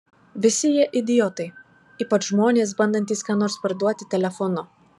visi jie idiotai ypač žmonės bandantys ką nors parduoti telefonu